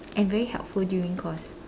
and very helpful during course